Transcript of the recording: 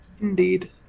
Indeed